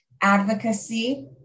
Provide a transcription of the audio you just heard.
Advocacy